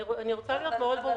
אני רוצה להיות מאוד ברורה,